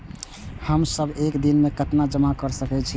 हम सब एक दिन में केतना जमा कर सके छी?